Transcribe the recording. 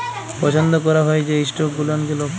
পছল্দ ক্যরা হ্যয় যে ইস্টক গুলানকে লক